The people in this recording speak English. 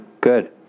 Good